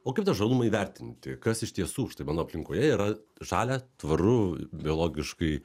o kaip tą žalumą įvertinti kas iš tiesų štai mano aplinkoje yra žalia tvaru biologiškai